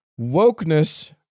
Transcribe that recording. wokeness